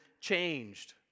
changed